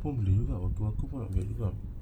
pun boleh juga wakuwaku pun boleh juga